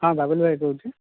ହଁ ବାଦଲ ଭାଇ କହୁଛି